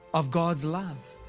of god's love,